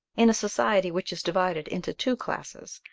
in a society which is divided into two classes,